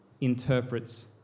interprets